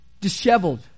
disheveled